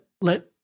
let